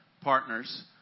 partners